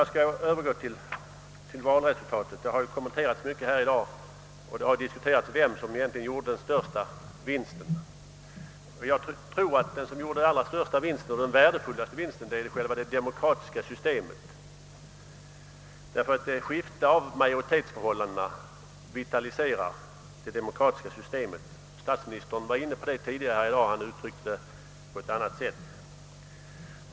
Jag skall så övergå till valresultatet, som har kommenterats mycket i dag. Det har bl.a. diskuterats var man egentligen gjorde den största vinsten. Jag tror att den värdefullaste vinsten gjordes av själva det demokratiska systemet. Ett skifte i majoritetsförhållandena vitaliserar nämligen det demokratiska systemet. Även statsministern gav i dag uttryck för detta, om också på ett annat sätt.